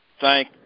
thank